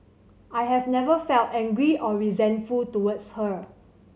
I have never felt angry or resentful towards her